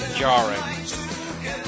jarring